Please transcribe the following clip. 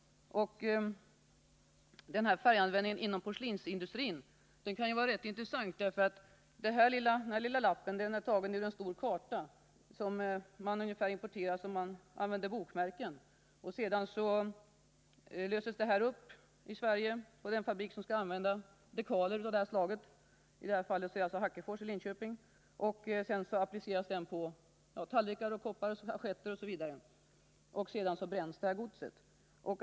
Denna färganvändning inom porslinsindustrin kan vara rätt intressant. Den här lilla lappen, som jag nu visar, är tagen ur en stor importerad karta med dekaler. Lappen, som ser ut ungefär som ett bokmärke, den löses upp på den fabrik i Sverige som använder dekaler av det här slaget — i detta fall är det Hackefors i Linköping — och appliceras på tallrikar, koppar, assietter osv., varefter godset bränns.